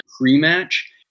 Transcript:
pre-match